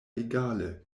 egale